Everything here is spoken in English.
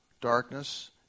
darkness